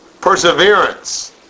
perseverance